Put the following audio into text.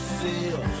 feel